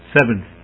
Seventh